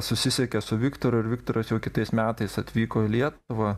susisiekė su viktoru ir viktoras jau kitais metais atvyko į lietuvą